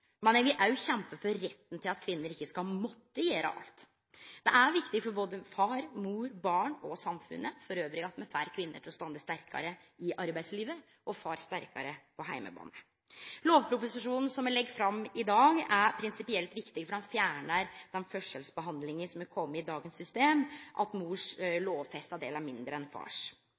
men eg vil òg kjempe for retten til at kvinner ikkje skal måtte gjere alt. Det er viktig for både far, mor, barn og samfunnet elles at me får kvinner til å stå sterkare i arbeidslivet, og far sterkare på heimebane. Lovproposisjonen som me legg fram i dag, er prinsipielt viktig fordi han fjernar den forskjellsbehandlinga som er i dagens system, at mors lovfesta del er mindre enn